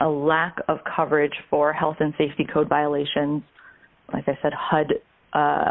a lack of coverage for health and safety code violations like i said